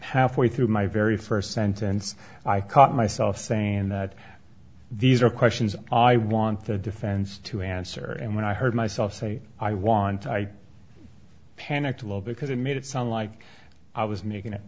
halfway through my very first sentence i caught myself saying that these are questions i want the defense to answer and when i heard myself say i want i panicked low because it made it sound like i was making it